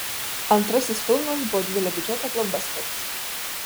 antrasis filmas buvo didelio biudžeto blokbasteris